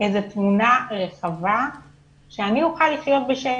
איזה תמונה רחבה שאני אוכל לחיות בשקט.